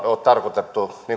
ole tarkoitettu